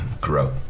grow